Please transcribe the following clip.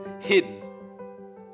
Hidden